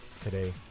today